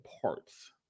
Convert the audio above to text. parts